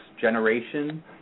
generation